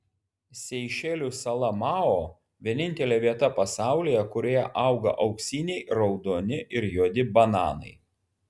seišelių sala mao vienintelė vieta pasaulyje kurioje auga auksiniai raudoni ir juodi bananai